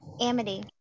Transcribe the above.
Amity